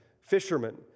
fishermen